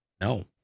No